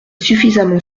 suffisamment